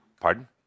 Pardon